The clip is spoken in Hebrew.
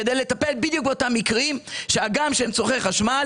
כדי לטפל בדיוק באותם מקרים של אנשים שצורכים חשמל,